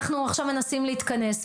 אנחנו עכשיו מנסים להתכנס,